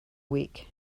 week